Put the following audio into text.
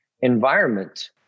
environment